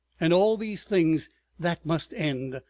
and all these things that must end.